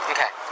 Okay